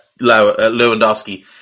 Lewandowski